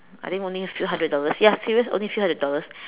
I think only a few hundred dollars ya serious only a few hundred dollars